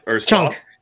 Chunk